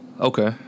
Okay